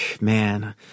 man